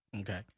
Okay